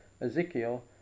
Ezekiel